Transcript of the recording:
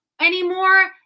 anymore